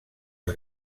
els